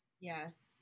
Yes